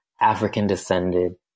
African-descended